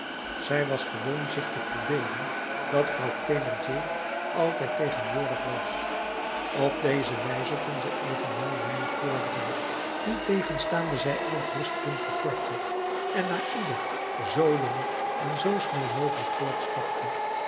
zij was gewoon zich te verbeelden dat vrouw thénardier altijd tegenwoordig was op deze wijze kon zij evenwel weinig vorderen niettegenstaande zij elk rustpunt verkortte en na ieder zoo lang en zoo snel mogelijk voortstapte